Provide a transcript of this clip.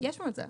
יש מועצה.